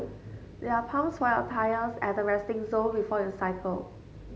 there are pumps for your tyres at the resting zone before you cycle